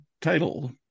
title